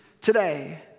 today